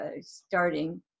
starting